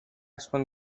son